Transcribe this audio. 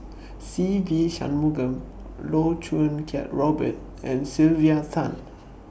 Se Ve Shanmugam Loh Choo Kiat Robert and Sylvia Tan